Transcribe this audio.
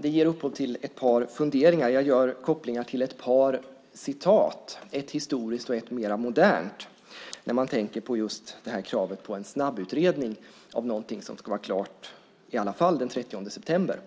Det ger upphov till några funderingar. Jag gör kopplingar till ett par uttalanden - ett historiskt och ett mer modernt - när man tänker på kravet på en snabbutredning av något som i alla fall ska vara klart snart, det vill säga den 30 september.